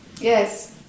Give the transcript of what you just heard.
Yes